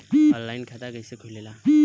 Online खाता कइसे खुलेला?